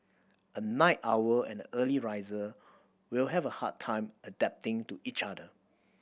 a night our and early riser will have a hard time adapting to each other